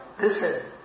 Listen